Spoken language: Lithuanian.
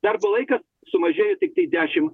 darbo laikas sumažėjo tiktai dešimt